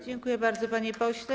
Dziękuję bardzo, panie pośle.